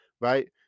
Right